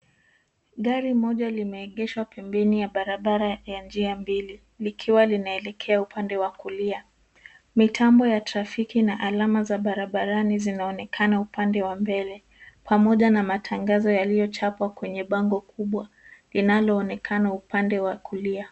Gari moja limeegeshwa pembeni ya barabara la njia mbili likiwa linaelekea upande wa kulia. Mitambo ya trafiki na alama za barabarani zinaonekana upande wa mbele pamoja na matangazo yaliyochapwa kwenye bango kubwa linaloonekana upande wa kulia.